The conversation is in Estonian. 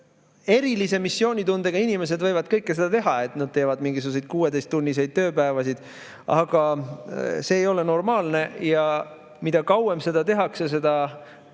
Erilise missioonitundega inimesed võivad kõike seda teha, et nad teevad mingisuguseid 16‑tunniseid tööpäevasid, aga see ei ole normaalne ja mida kauem seda tehakse, seda